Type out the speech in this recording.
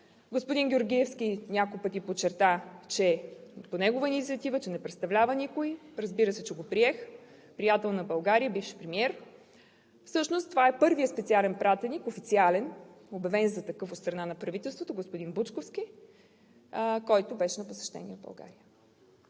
Господин Георгиевски няколко пъти подчерта, че е по негова инициатива и че не представлява никой – разбира се, че го приех, приятел на България и бивш премиер. Всъщност това е първият специален пратеник – официален, обявен за такъв от страна на правителството, господин Бучковски, който беше на посещение в България.